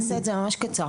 אני אעשה את זה ממש קצר,